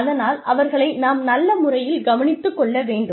அதனால் அவர்களை நாம் நல்ல முறையில் கவனித்துக் கொள்ள வேண்டும்